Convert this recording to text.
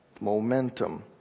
Momentum